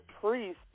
priest